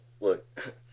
Look